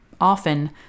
Often